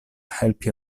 helpi